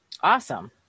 Awesome